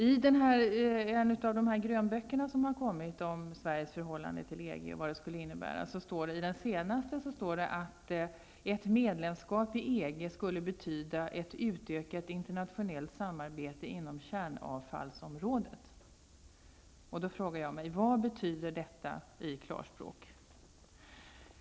I den senaste av de gröna böckerna om Sveriges förhållande till EG framhålls följande: Ett medlemskap i EG skulle betyda ett utökat internationellt samarbete inom kärnavfallsområdet. Vad betyder det i klarspårk?